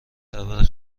درباره